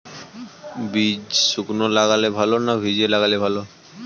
বীজ শুকনো লাগালে ভালো না ভিজিয়ে লাগালে ভালো?